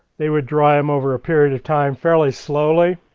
they would dry them over a period of time, fairly slowly.